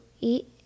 eat